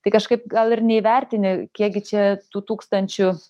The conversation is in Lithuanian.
tai kažkaip gal ir neįvertini kiek gi čia tų tūkstančių